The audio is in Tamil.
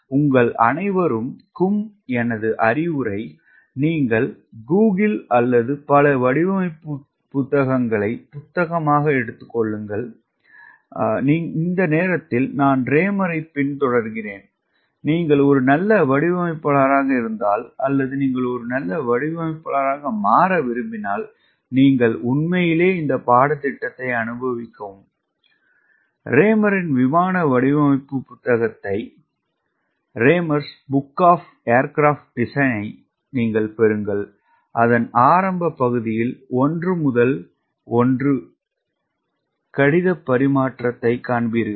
எனவே உங்கள் அனைவருக்கும் எனது அறிவுரை நீங்கள் கூகிள் அல்லது பல வடிவமைப்பு புத்தகங்களை புத்தகமாக எடுத்துக் கொள்ளுங்கள் இந்த நேரத்தில் நான் ரேமரைப் பின்தொடர்கிறேன் நீங்கள் ஒரு நல்ல வடிவமைப்பாளராக இருந்தால் அல்லது நீங்கள் ஒரு நல்ல வடிவமைப்பாளராக மாற விரும்பினால் நீங்கள் உண்மையிலேயே இந்த பாடத்திட்டத்தை அனுபவிக்கவும் ரேமரின் விமான வடிவமைப்பு புத்தகத்தை Reymers's book of Aircraft Design பெறுங்கள் அதன் ஆரம்ப பகுதியில் 1 முதல் 1 கடிதப் பரிமாற்றத்தைக் காண்பீர்கள்